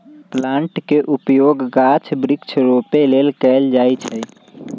plant के उपयोग गाछ वृक्ष रोपे लेल कएल जाइ छइ